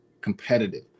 competitive